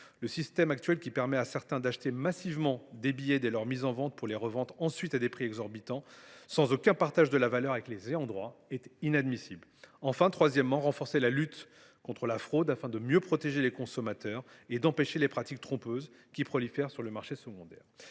Le système actuel, qui permet à certains d’acheter massivement des billets dès leur mise en vente pour les revendre ensuite à des prix exorbitants, sans aucun partage de la valeur avec les ayants droit, est inadmissible. Enfin, il faut renforcer la lutte contre la fraude afin de mieux protéger les consommateurs et d’empêcher les pratiques trompeuses qui prolifèrent sur le marché secondaire.